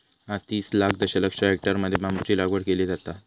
आज तीस लाख दशलक्ष हेक्टरमध्ये बांबूची लागवड केली जाता